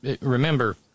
remember